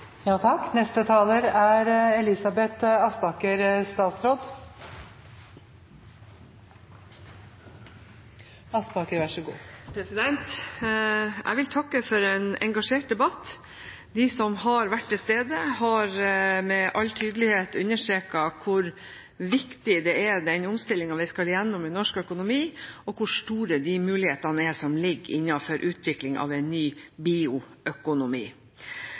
Jeg vil takke for en engasjert debatt. De som har vært til stede, har med all tydelighet understreket hvor viktig den omstillingen vi skal igjennom i norsk økonomi, er, og hvor store de mulighetene som ligger innenfor utvikling av en ny bioøkonomi,